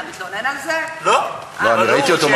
הוא אמר: תקפידו על הזמנים, אמרתי לו: אתה המפקח.